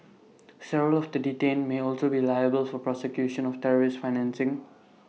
several of the detained may also be liable for prosecution of terrorist financing